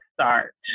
start